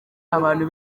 abantu